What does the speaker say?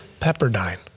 Pepperdine